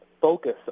focus